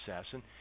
assassin